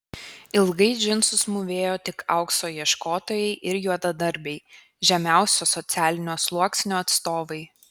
ilgai džinsus mūvėjo tik aukso ieškotojai ir juodadarbiai žemiausio socialinio sluoksnio atstovai